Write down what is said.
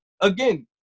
Again